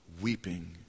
weeping